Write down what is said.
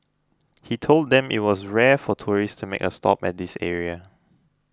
he told them it was rare for tourists to make a stop at this area